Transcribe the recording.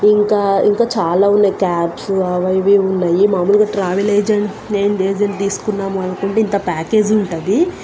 ఇంకా ఇంకా చాలా ఉన్నాయి క్యాబ్స్ అవి ఇవి ఉన్నాయి మామూలుగా ట్రావెల్ ఏజెంట్ మేము ఏజెంట్ తీసుకున్నాము అనుకుంటే ఇంత ప్యాకేజ్ ఉంటుంది